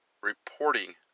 reporting